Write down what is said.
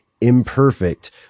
imperfect